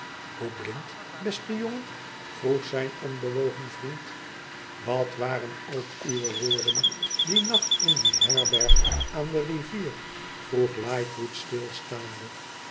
hoe blind beste jongen vroeg zijn onbewogen vriend wat waren ook uwe woorden dien nacht in die herberg aan de rivier vroeg lightwood stilstaande